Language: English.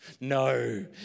No